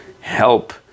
help